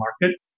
market